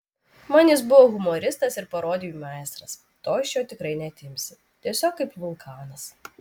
man jis buvo humoristas ir parodijų meistras to iš jo tikrai neatimsi tiesiog kaip vulkanas